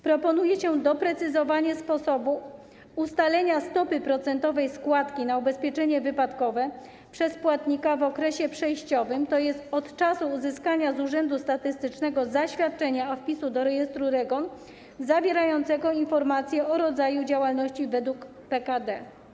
Proponuje się doprecyzowanie sposobu ustalenia stopy procentowej składki na ubezpieczenie wypadkowe przez płatnika w okresie przejściowym, tj. do czasu uzyskania z urzędu statystycznego zaświadczenia o wpisie do rejestru REGON zawierającego informację o rodzaju działalności według PKD.